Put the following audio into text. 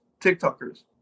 TikTokers